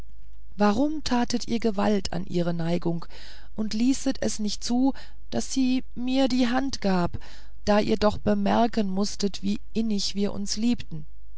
warum tatet ihr gewalt an ihrer neigung und ließet es nicht zu daß sie mir die hand gab da ihr doch bemerken mußtet wie innig wir uns liebten